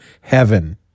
heaven